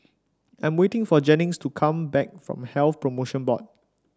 I am waiting for Jennings to come back from Health Promotion Board